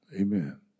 Amen